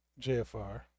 jfr